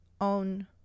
own